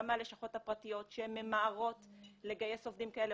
גם מהלשכות הפרטיות שהן ממהרות לגייס עובדים כאלה,